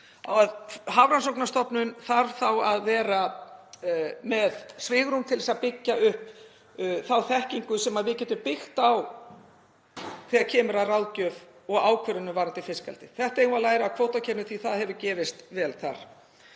Hafrannsóknastofnun þarf þá að vera með svigrúm til að byggja upp þá þekkingu sem við getum byggt á þegar kemur að ráðgjöf og ákvörðunum um fiskeldið. Þetta eigum við að læra af kvótakerfinu því að þetta hefur gefist vel þar.